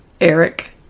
Eric